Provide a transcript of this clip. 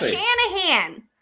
Shanahan